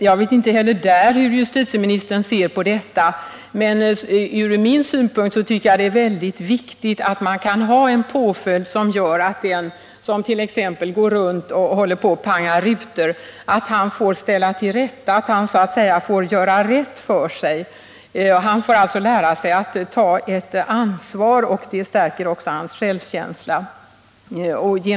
Jag vet inte hur justitieministern ser på det uppslaget, men från min synpunkt tycker jag att det är väldigt viktigt att det finns en påföljd som gör att t.ex. den som går runt och pangar rutor också får göra rätt för sig. Han bör få lära sig att ta ett ansvar, och det skulle också stärka hans självkänsla.